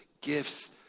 gifts